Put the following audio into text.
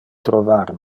trovar